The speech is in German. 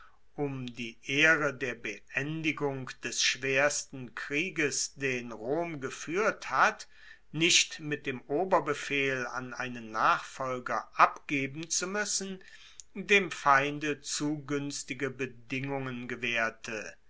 um die ehre der beendigung des schwersten krieges den rom gefuehrt hat nicht mit dem oberbefehl an einen nachfolger abgeben zu muessen dem feinde zu guenstige bedingungen gewaehrte